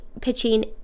pitching